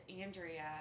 Andrea